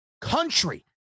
country